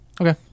Okay